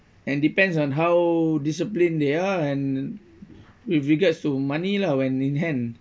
and depends on how disciplined they are and with regards to money lah when in hand